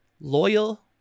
loyal